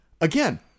again